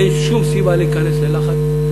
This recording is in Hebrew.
אין שום סיבה להיכנס ללחץ,